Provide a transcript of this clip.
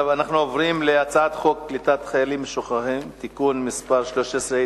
אנחנו עוברים להצעת חוק קליטת חיילים משוחררים (תיקון מס' 13),